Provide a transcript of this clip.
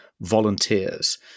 volunteers